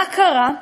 מה קרה?